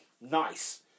nice